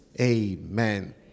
amen